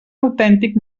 autèntic